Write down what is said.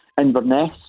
Inverness